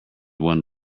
one